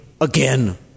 again